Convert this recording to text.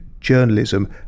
journalism